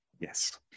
Yes